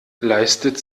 leistet